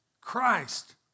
Christ